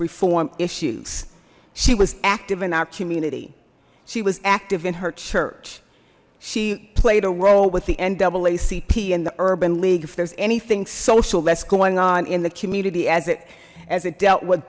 reform issues she was active in our community she was active in her church she played a role with the n double a cp in the urban league if there's anything social that's going on in the community as it as it dealt with